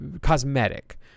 cosmetic